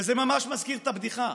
וזה ממש מזכיר את הבדיחה,